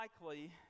likely